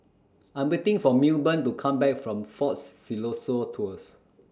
I'm waiting For Milburn to Come Back from Fort Siloso Tours